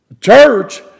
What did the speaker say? church